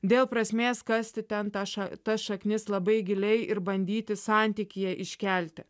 dėl prasmės kasti ten tas ša tas šaknis labai giliai ir bandyti santykyje iškelti